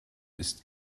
ist